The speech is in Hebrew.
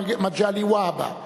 מגלי והבה,